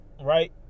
right